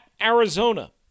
Arizona